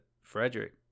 Frederick